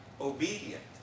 obedient